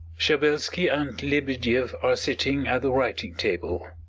shabelski and lebedieff are sitting at the writing-table.